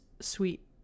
sweet